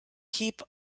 heap